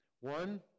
One